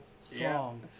song